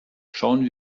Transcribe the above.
schauen